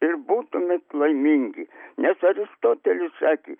ir būtumėt laimingi nes aristotelis sakė